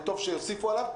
וטוב שיוסיפו עליו,